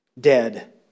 Dead